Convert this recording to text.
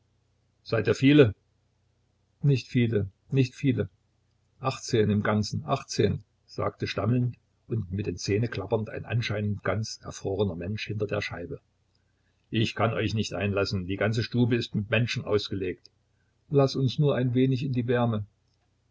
seid ihr viele nicht viele nicht viele achtzehn im ganzen achtzehn sagte stammelnd und mit den zähnen klappernd ein anscheinend ganz erfrorener mensch hinter der scheibe ich kann euch nicht einlassen die ganze stube ist mit menschen ausgelegt laß uns nur ein wenig in die wärme